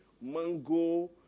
mango